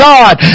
God